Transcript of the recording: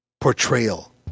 portrayal